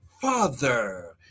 father